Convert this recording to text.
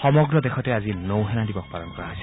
সমগ্ৰ দেশতে আজি নৌ সেনা দিৱস পালন কৰা হৈছে